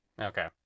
okay